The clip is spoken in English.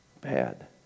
bad